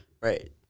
Right